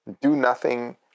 do-nothing